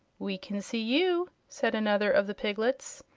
we can see you, said another of the piglets.